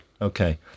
okay